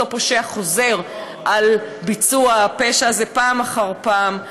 פושע חוזר על ביצוע הפשע הזה פעם אחר פעם,